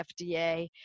FDA